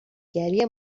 گری